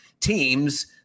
teams